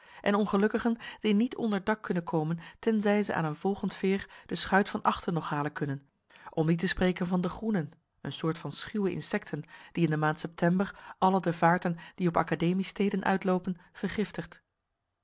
en ongelukkigen die niet onder dak kunnen komen tenzij ze aan een volgend veer de schuit van achten nog halen kunnen om niet te spreken van de groenen een soort van schuwe insecten die in de maand september alle de vaarten die op akademiesteden uitloopen vergiftigt